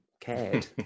cared